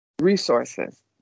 resources